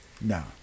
No